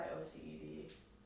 OCED